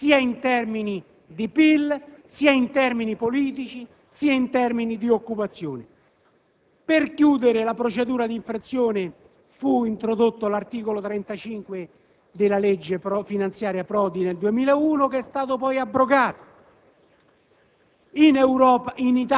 un potere mostruoso, sia in termini di PIL, sia politici, sia di occupazione. Per chiudere la procedura di infrazione fu introdotto l'articolo 35 della legge finanziaria 2001, poi abrogato.